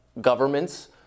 government's